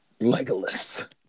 Legolas